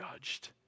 judged